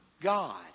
God